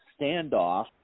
standoff